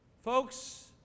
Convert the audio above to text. Folks